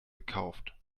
gekauft